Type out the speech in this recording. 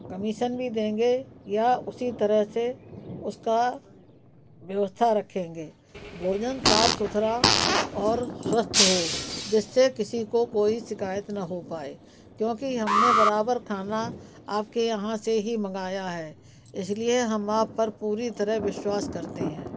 commission भी देंगे या उसी तरह से उसका व्यवस्था रखेंगे भोजन साफ़ सुथरा और स्वस्थ हो जिससे किसी को काेई शिकायत ना हो पाए क्योंकि हम ने बराबर खाना आप के यहाँ से ही मंगाया है इस लिए हम आप पर पूरी तरह विश्वास करते हैं